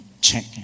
check